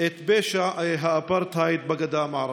את פשע האפרטהייד בגדה המערבית: